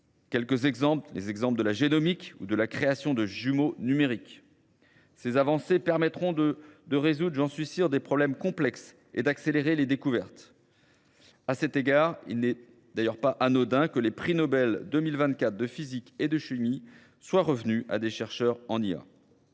quelques exemples, les exemples de la génomique ou de la création de jumeaux numériques. Ces avancées permettront de résoudre, j'en suis sûr, des problèmes complexes et d'accélérer les découvertes. A cet égard, il n'est d'ailleurs pas anodin que les prix Nobel 2024 de physique et de chimie soient revenus à des chercheurs en IA.